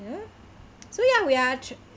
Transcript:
ya so ya we are tr~